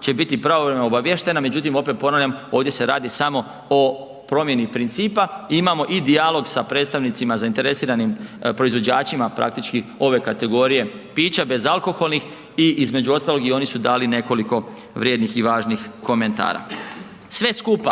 će biti pravovremeno obaviještena, međutim opet ponavljam, ovdje se radi samo o promjeni principa i imamo i dijalog sa predstavnicima zainteresiranim proizvođačima praktički ove kategorije pića bezalkoholnih i između ostalih i oni su dali nekoliko vrijednih i važnih komentara. Sve skupa